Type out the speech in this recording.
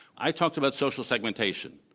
i talked about social segmentation,